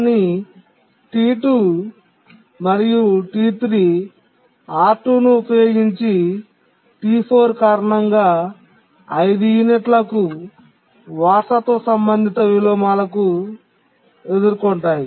కానీ T2 మరియు T3 R2 ను ఉపయోగించి T4 కారణంగా 5 యూనిట్లకు వారసత్వ సంబంధిత విలోమాలను ఎదుర్కొంటాయి